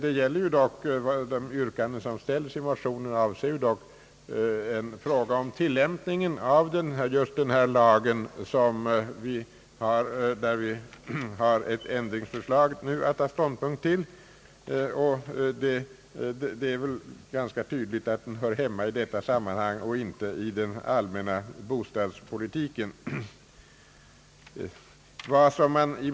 Det yrkande som ställs i motionen avser dock tillämpningen av just den lag, i vilken vi nu har att ta ståndpunkt till ett ändringsförslag. Det är väl ganska naturligt att motionen hör hemma i detta sammanhang och inte i den allmänna bostadspolitiken.